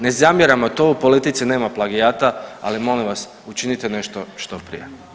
Ne zamjeramo to u politici nema plagijata, ali molim vas učinite nešto što prije.